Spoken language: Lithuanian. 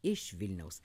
iš vilniaus